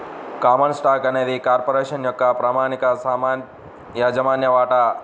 common stock అనేది corporation యొక్క ప్రామాణిక యాజమాన్య వాటా